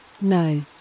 No